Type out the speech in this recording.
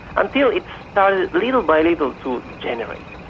until it started little by little to degenerate,